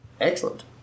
excellent